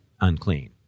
unclean